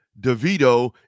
DeVito